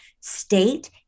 state